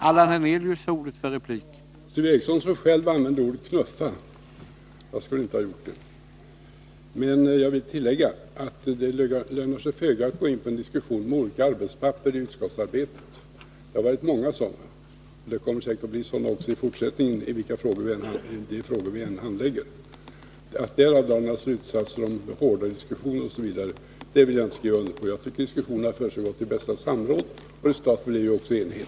Herr talman! Det var Sture Ericson själv som använde ordet ”knuffa”. Jag skulle inte ha gjort det. Jag vill tillägga att det lönar sig föga att gå in på en diskussion om olika arbetspapper i utskottsarbetet. Det har varit många sådana, och det kommer säkerligen att bli det också i fortsättningen, oavsett vilka frågor som än kommer att handläggas. Slutsatser som med dessa som utgångspunkt dras om hårdheten i diskussioner osv. vill jag inte skriva under. 37 Jag tycker att diskussionerna har försiggått i bästa samförstånd, och resultatet blev också enigt.